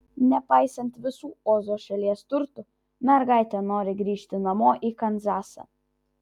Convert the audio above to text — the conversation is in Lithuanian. nepaisant visų ozo šalies turtų mergaitė nori grįžti namo į kanzasą